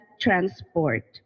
transport